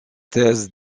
thèse